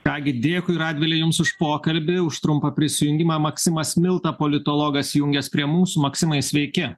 ką gi dėkui radvile jums už pokalbį už trumpą prisijungimą maksimas milta politologas jungias prie mūsų maksimai sveiki